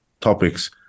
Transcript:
topics